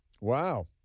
Wow